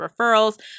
referrals